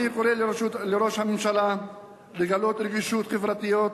אני קורא לראש הממשלה לגלות רגישות חברתית,